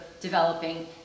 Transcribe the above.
developing